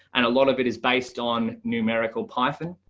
and a lot of it is based on numerical python.